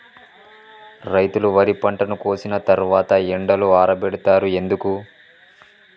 రైతులు వరి పంటను కోసిన తర్వాత ఎండలో ఆరబెడుతరు ఎందుకు?